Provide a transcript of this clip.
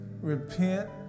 Repent